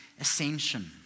ascension